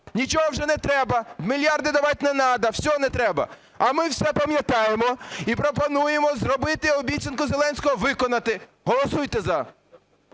нічого вже не треба, мільярди давати не надо, все не треба. А ми все пам'ятаємо і пропонуємо зробити обіцянку Зеленського "виконати". Голосуйте "за".